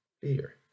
fear